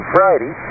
Friday